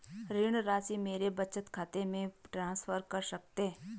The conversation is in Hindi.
ऋण राशि मेरे बचत खाते में ट्रांसफर कर सकते हैं?